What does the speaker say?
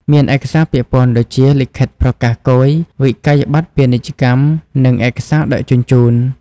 មានឯកសារពាក់ព័ន្ធដូចជា លិខិតប្រកាសគយ វិក្កយបត្រពាណិជ្ជកម្ម និងឯកសារដឹកជញ្ជូន។